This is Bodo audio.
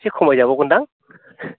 एसे खमाय जाबावगोनदां